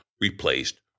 replaced